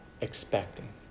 expecting